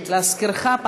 להזכירך,